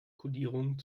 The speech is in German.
kodierung